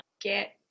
get